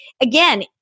Again